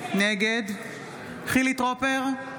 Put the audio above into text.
נגד חילי טרופר,